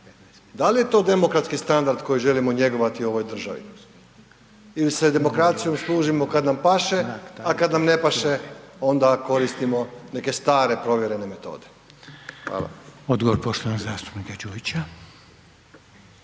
Da li je to demokratski standard koji želimo njegovati u ovoj državi ili se demokracijom služimo kad nam paše, a kad nam ne paše onda koristimo neke stare provjerene metode. Hvala.